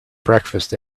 breakfast